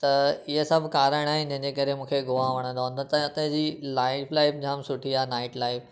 त इहा सभु कारण आहिनि इनकरे मूंखे गोवा वणंदो हूंदो त हितां जी लाइफ़ लाइम जाम सुठी आहे नाइट लाइफ़